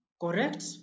correct